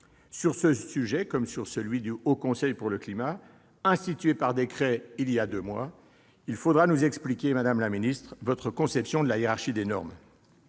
Sur ce sujet comme sur celui du Haut Conseil pour le climat, institué par décret voilà deux mois, il faudra nous expliquer, madame la secrétaire d'État, votre conception de la hiérarchie des normes